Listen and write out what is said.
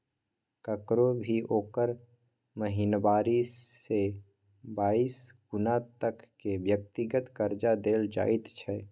ककरो भी ओकर महिनावारी से बाइस गुना तक के व्यक्तिगत कर्जा देल जाइत छै